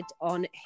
on